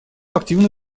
активно